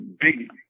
big